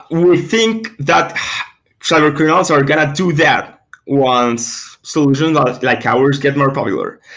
we think that cyber criminals are going to do that once solutions like ours get more popular.